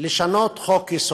לשנות חוק-יסוד.